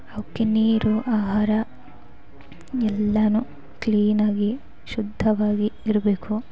ಅವಕ್ಕೆ ನೀರು ಆಹಾರ ಎಲ್ಲವು ಕ್ಲೀನಾಗಿ ಶುದ್ಧವಾಗಿ ಇರಬೇಕು